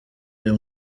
uyu